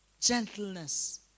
gentleness